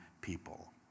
people